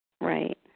Right